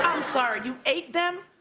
i'm sorry, you ate them?